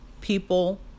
people